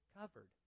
covered